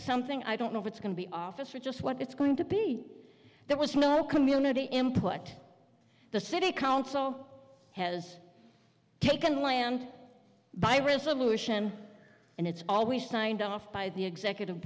something i don't know if it's going to be office or just what it's going to be there was no community input the city council has taken land by resolution and it's always signed off by the executive